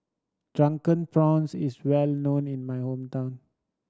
Drunken Prawns is well known in my hometown